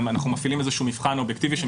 אנחנו מפעילים איזשהו מבחן אובייקטיבי.